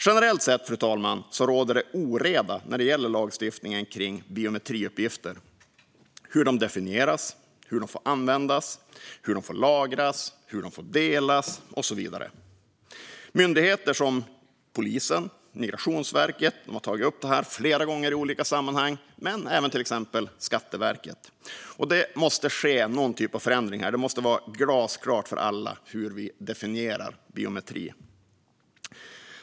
Generellt sett, fru talman, råder det oreda när det gäller lagstiftningen kring biometriuppgifter och hur de definieras, hur de får användas, hur de får lagras, hur de får delas och så vidare. Myndigheter som polisen och Migrationsverket har tagit upp detta flera gånger i olika sammanhang, och det har även till exempel Skatteverket gjort. Det måste ske någon typ av förändring här. Det måste vara glasklart för alla hur vi definierar biometri.